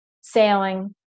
sailing